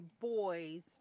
boys